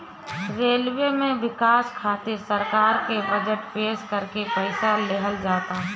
railway में बिकास खातिर सरकार के बजट पेश करके पईसा लेहल जाला